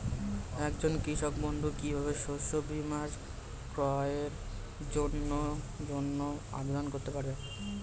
একজন কৃষক বন্ধু কিভাবে শস্য বীমার ক্রয়ের জন্যজন্য আবেদন করবে?